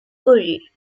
worry